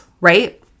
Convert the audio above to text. right